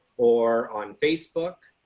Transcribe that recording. or on facebook.